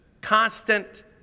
constant